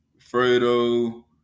Fredo